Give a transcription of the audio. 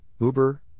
Uber